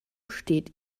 steht